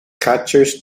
catchers